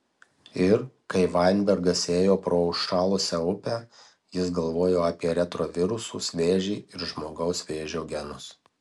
ir kai vainbergas ėjo pro užšalusią upę jis galvojo apie retrovirusus vėžį ir žmogaus vėžio genus